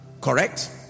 Correct